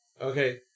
Okay